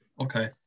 Okay